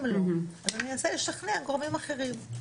אם לא, אז אני אנסה לשכנע גורמים אחרים.